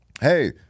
Hey